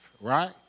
right